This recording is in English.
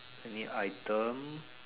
any item